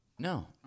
No